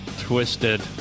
twisted